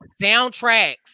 soundtracks